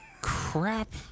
crap